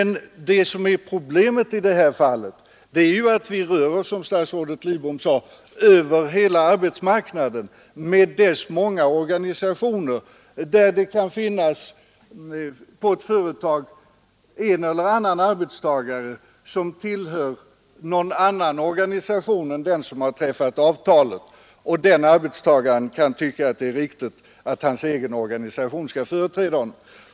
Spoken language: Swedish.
Nej, problemet är att vi, som statsrådet Lidbom sade, rör oss över hela arbetsmarknaden med dess många organisationer, där det på ett företag kan finnas en eller annan arbetstagare som tillhör någon annan organisation än den som träffat avtalet, och den arbetstagaren kan tycka att det är riktigt att hans egen organisation skall företräda honom.